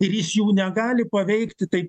ir jis jų negali paveikti tai